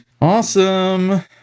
Awesome